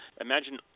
imagine